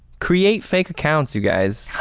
create fake accounts you guys.